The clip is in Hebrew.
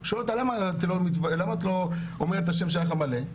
הוא שואל אותה למה את לא אומרת את השם שלך המלא?